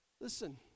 listen